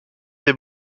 des